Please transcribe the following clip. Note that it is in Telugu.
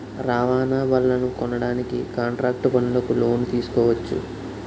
రవాణా బళ్లనుకొనడానికి కాంట్రాక్టు పనులకు లోను తీసుకోవచ్చు